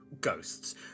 ghosts